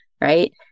Right